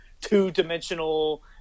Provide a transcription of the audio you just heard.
two-dimensional